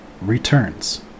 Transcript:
returns